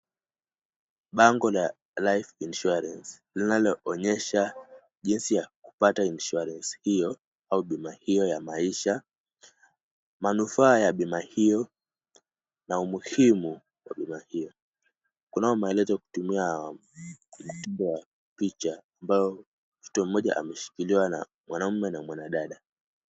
Bango la life insurance linaloonyesha jinsi ya kupata insurance hiyo au huduma hiyo ya maisha. Manufaa ya bima hiyo na umuhimu wa huduma hiyo. Kunayo maelezo ya kutumia mtindo wa picha ambayo mtoto moja ameshikiliwa na mwanaume na mwanadada.